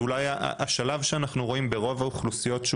ואולי השלב שאנחנו רואים ברוב האוכלוסיות שהוא